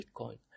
Bitcoin